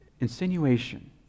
Insinuation